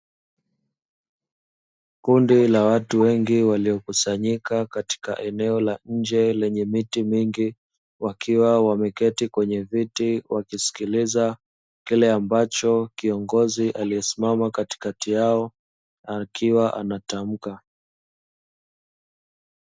Kundi la watu wengi waliokusanyika katika eneo la nje lenye miti mingi, wakiwa wameketi kwenye viti wakisikiliza kile ambacho kiongozi aliyesimama katikati yao akiwa anatamka.